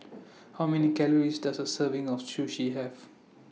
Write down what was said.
How Many Calories Does A Serving of Sushi Have